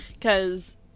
Cause